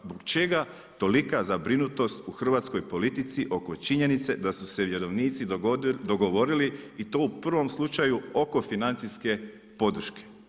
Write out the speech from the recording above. Zbog čega tolika zabrinutost u hrvatskoj politici oko činjenice da su se vjerovnici dogovorili i to u prvom slučaju oko financijske podrške?